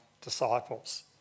disciples